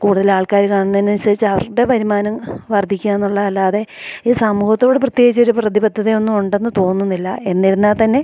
കൂടുതലാൾക്കാര് കാണുന്നതിനനുസരിച്ച് അവരുടെ വരുമാനം വർദ്ധിക്കുകയെന്നുള്ളതല്ലാതെ ഈ സമൂഹത്തോട് പ്രത്യേകിച്ചൊരു പ്രതിബദ്ധതയൊന്നുമുണ്ടെന്ന് തോന്നുന്നില്ല എന്നിരുന്നാല്ത്തന്നെയും